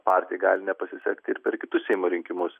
partijai gali nepasisekti ir per kitus seimo rinkimus